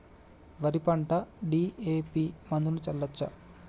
వరి పంట డి.ఎ.పి మందును చల్లచ్చా?